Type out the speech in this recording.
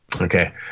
Okay